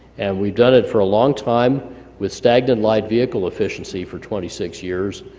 and we've done it for a long time with stagnant light vehicle efficiency for twenty six years,